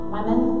Women